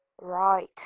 Right